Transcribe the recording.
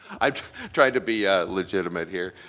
i try to be legitimate here.